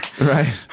Right